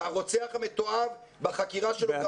והרוצח המתועב בחקירה שלו גם